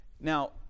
Now